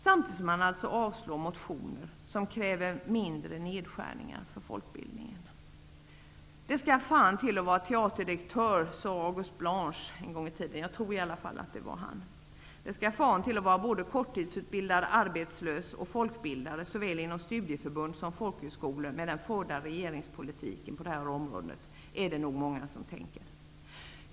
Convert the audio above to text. Samtidigt avstyrker utskottet de motioner som kräver mindre nedskärningar för folkbildningen. ''Fan må vara teaterdirektör'', sade August Blanche. ''Fan må vara både korttidsutbildad arbetslös och folkbildare, såväl inom studieförbund som folkhögskola, med den förda regeringspolitiken på det här området'', är det nog många som tänker.